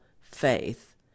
faith